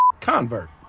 convert